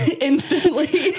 instantly